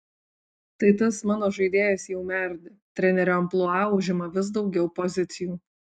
tai tas mano žaidėjas jau merdi trenerio amplua užima vis daugiau pozicijų